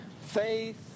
faith